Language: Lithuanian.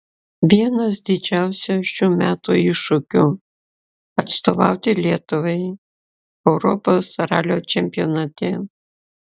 vienas didžiausių šių metų iššūkių atstovauti lietuvai europos ralio čempionate